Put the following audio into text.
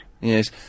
Yes